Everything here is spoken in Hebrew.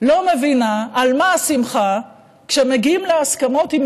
לא מבינה על מה השמחה כשמגיעים להסכמות עם